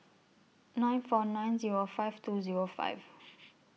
nine four nine Zero five two Zero five